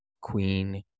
Queen